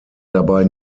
dabei